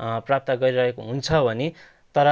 प्राप्त गरिरहेको हुन्छ भने तर